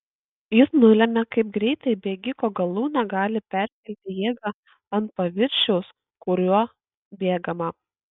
jis nulemia kaip greitai bėgiko galūnė gali perkelti jėgą ant paviršiaus kuriuo bėgama